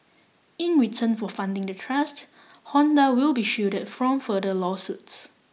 in return for funding the trust Honda will be shielded from further lawsuits